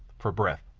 for breath,